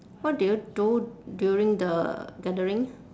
what do you do during the gathering